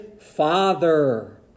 Father